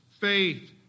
faith